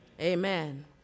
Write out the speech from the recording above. Amen